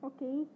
Okay